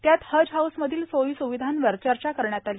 त्यात हज हाऊस मधील सोयी सुविधांवर चर्चा करण्यात आली